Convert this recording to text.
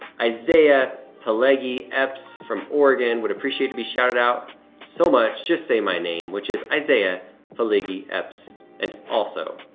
isaiah pelegi epps from oregon, would appreciate to be shouted out so much, just say my name which is isaiah pelegi epps and also,